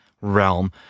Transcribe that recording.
realm